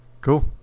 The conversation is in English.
Cool